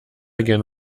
again